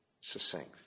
succinct